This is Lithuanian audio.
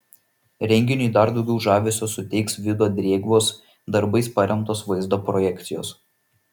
renginiui dar daugiau žavesio suteiks vido drėgvos darbais paremtos vaizdo projekcijos